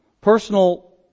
personal